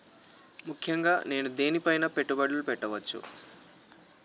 ముఖ్యంగా నేను దేని పైనా పెట్టుబడులు పెట్టవచ్చు?